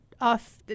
off